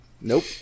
nope